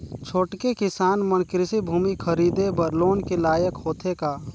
छोटके किसान मन कृषि भूमि खरीदे बर लोन के लायक होथे का?